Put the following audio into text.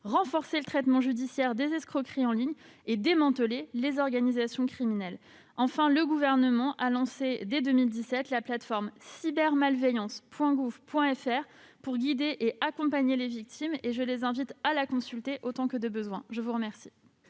renforcer le traitement judiciaire des escroqueries en ligne et de démanteler les organisations criminelles. Enfin, le Gouvernement a lancé, dès 2017, la plateforme cybermalveillance.gouv.fr pour guider et accompagner les victimes. Je les invite à la consulter autant que de besoin. La parole